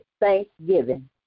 thanksgiving